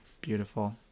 Beautiful